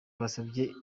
basabye